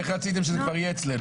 איך רציתם שזה כבר יהיה אצלנו?